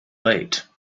late